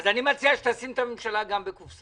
אני מציע שתשים את הממשלה גם בקופסה.